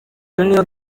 junior